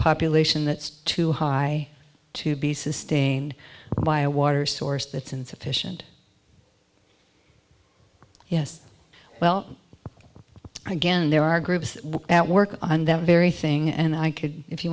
population that's too high to be sustained by a water source that's insufficient yes well again there are groups that work on that very thing and i could if you